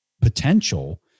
potential